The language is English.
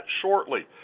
shortly